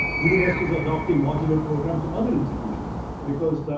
universities are adopting modular programs from other institutions, because